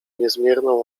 niezmierną